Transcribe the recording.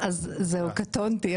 קטונתי.